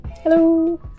Hello